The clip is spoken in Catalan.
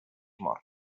mor